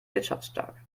wirtschaftsstark